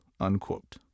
unquote